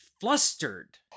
flustered